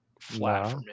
flat